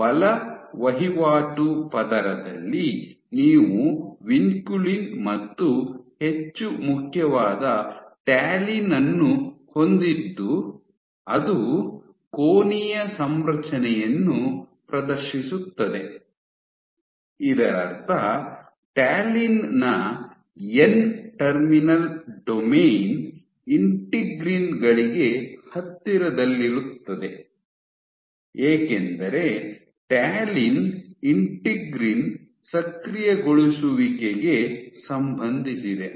ಬಲ ವಹಿವಾಟು ಪದರದಲ್ಲಿ ನೀವು ವಿನ್ಕುಲಿನ್ ಮತ್ತು ಹೆಚ್ಚು ಮುಖ್ಯವಾದ ಟ್ಯಾಲಿನ್ ಅನ್ನು ಹೊಂದಿದ್ದು ಅದು ಕೋನೀಯ ಸಂರಚನೆಯನ್ನು ಪ್ರದರ್ಶಿಸುತ್ತದೆ ಇದರರ್ಥ ಟ್ಯಾಲಿನ್ ನ ಎನ್ ಟರ್ಮಿನಲ್ ಡೊಮೇನ್ ಇಂಟಿಗ್ರಿನ್ ಗಳಿಗೆ ಹತ್ತಿರದಲ್ಲಿರುತ್ತದೆ ಏಕೆಂದರೆ ಟ್ಯಾಲಿನ್ ಇಂಟಿಗ್ರಿನ್ ಸಕ್ರಿಯಗೊಳಿಸುವಿಕೆಗೆ ಸಂಬಂಧಿಸಿದೆ